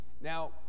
Now